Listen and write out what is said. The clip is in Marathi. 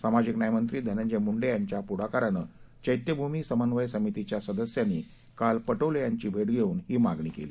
सामाजिक न्याय मंत्री धनंजय मुंडे यांच्या पुढाकारानं चैत्यभूमी समन्वय समितिच्या सदस्यांनी काल पटोले यांची भेट घेऊन ही मागणी केली